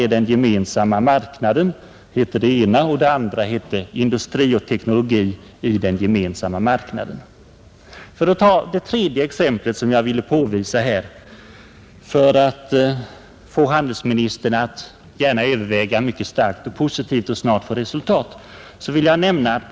”Vad är den Gemensamma marknaden?” heter det ena och ”Industri och teknologi i den Gemensamma marknaden” heter det andra. Det tredje exempel som jag vill hänvisa till för att få handelsministern att mycket starkt och positivt överväga en vitt spridd information är det norska.